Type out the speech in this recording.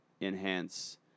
enhance